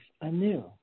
anew